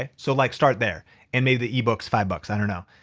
yeah so like start there and maybe the e-book is five bucks, i don't know.